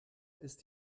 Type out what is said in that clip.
ist